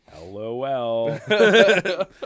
LOL